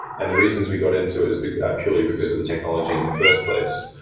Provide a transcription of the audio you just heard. and the reasons we got into it is ah purely because of the technology in the first place.